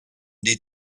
die